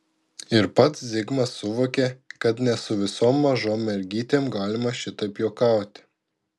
ir pats zigmas suvokė kad ne su visom mažom mergytėm galima šitaip juokauti